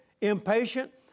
impatient